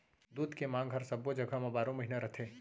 दूद के मांग हर सब्बो जघा म बारो महिना रथे